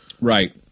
Right